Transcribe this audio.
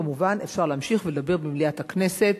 כמובן, אפשר להמשיך ולדבר במליאת הכנסת.